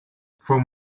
from